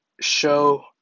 show